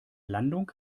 landung